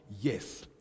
yes